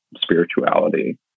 spirituality